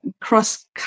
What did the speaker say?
cross